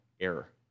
error